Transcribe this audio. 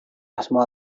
asmoa